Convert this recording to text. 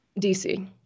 DC